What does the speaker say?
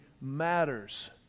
matters